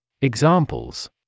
Examples